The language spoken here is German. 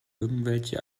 irgendwelche